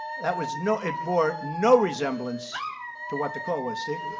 that was no it bore no resemblance to what the call was. steve?